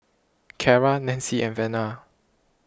Cara Nancy and Vena